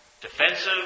defensive